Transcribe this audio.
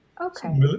Okay